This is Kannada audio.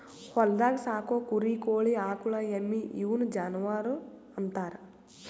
ಹೊಲ್ದಾಗ್ ಸಾಕೋ ಕುರಿ ಕೋಳಿ ಆಕುಳ್ ಎಮ್ಮಿ ಇವುನ್ ಜಾನುವರ್ ಅಂತಾರ್